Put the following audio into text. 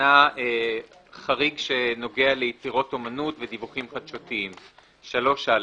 שעניינה חריג שנוגע ליצירות אומנות ודיווחים חדשותיים: (3)(א)